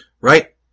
Right